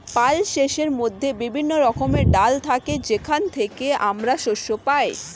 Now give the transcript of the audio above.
পালসেসের মধ্যে বিভিন্ন রকমের ডাল থাকে যেখান থেকে আমরা শস্য পাই